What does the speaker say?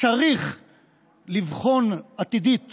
צריך לבחון עתידית